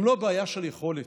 גם לא בעיה של יכולת,